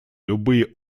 любые